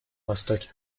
востоке